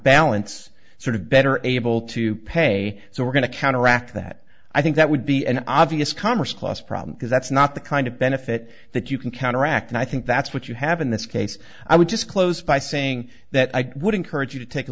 balance sort of better able to pay so we're going to counteract that i think that would be an obvious commerce clause problem because that's not the kind of benefit that you can counteract and i think that's what you have in this case i would just close by saying that i would encourage you to take a